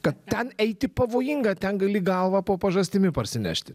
kad ten eiti pavojinga ten gali galvą po pažastimi parsinešti